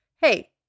Hey